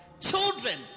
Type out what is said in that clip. children